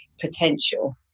potential